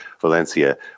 Valencia